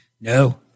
No